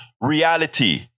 reality